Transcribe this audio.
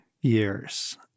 years